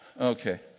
Okay